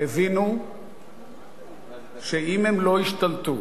הבינו שאם הם לא ישתלטו